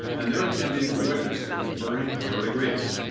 and they are attending to witness the conferring of your degrees.